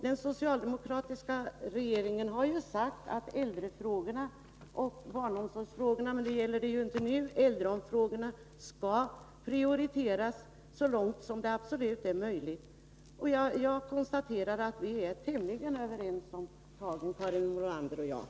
Den socialdemokratiska regeringen har sagt att äldrefrågorna, liksom barnomsorgsfrågorna, skall prioriteras så långt som det över huvud taget är möjligt. Jag konstaterar att Karin Nordlander och jag är tämligen överens om tagen.